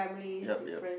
yup yup